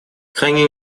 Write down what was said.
крайне